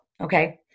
okay